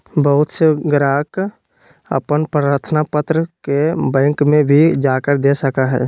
बहुत से ग्राहक अपन प्रार्थना पत्र के बैंक में भी जाकर दे सका हई